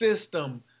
system